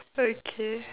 okay